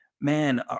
man